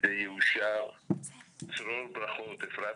אדם יוצא במיוחד לשירותי תעסוקה למשל,